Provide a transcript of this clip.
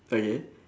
okay